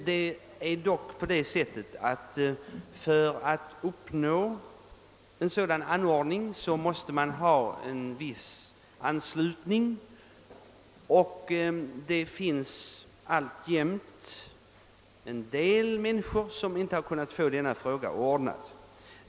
För att åstadkomma en sådan anordning måste man dock ha en viss anslutning och det finns alltjämt en del människor som inte kunnat få denna fråga ordnad.